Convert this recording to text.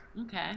Okay